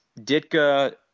Ditka